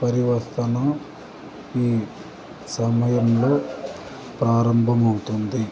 పరివర్తన ఈ సమయంలో ప్రారంభమవుతుంది